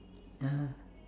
ya